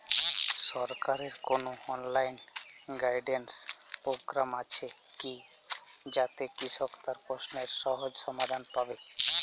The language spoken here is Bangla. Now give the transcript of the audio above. সরকারের কোনো অনলাইন গাইডেন্স প্রোগ্রাম আছে কি যাতে কৃষক তার প্রশ্নের সহজ সমাধান পাবে?